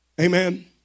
Amen